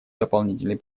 дополнительный